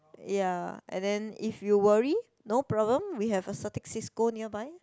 ya and then if you worry no problem we have a Certis Cisco nearby